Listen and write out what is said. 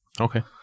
Okay